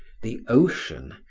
the ocean,